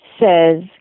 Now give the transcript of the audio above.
says